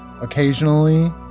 Occasionally